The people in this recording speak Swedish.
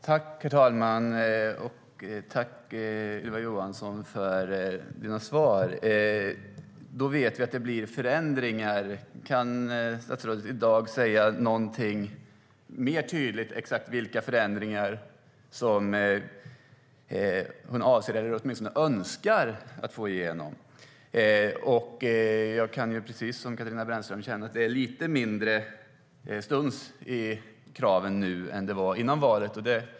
Herr talman! Tack, Ylva Johansson, för dina svar! Då vet vi att det blir förändringar. Kan statsrådet i dag säga någonting mer tydligt om exakt vilka förändringar som hon avser eller åtminstone önskar få igenom? Precis som Katarina Brännström kan jag känna att det är lite mindre stuns i kraven nu än det var före valet.